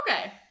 Okay